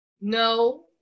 no